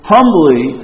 Humbly